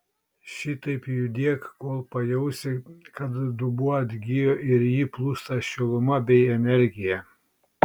šitaip judėk kol pajausi kad dubuo atgijo ir į jį plūsta šiluma bei energija